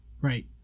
Right